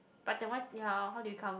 but that one ya how do you come